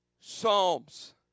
psalms